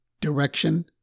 direction